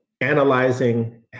analyzing